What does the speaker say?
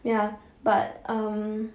ya but um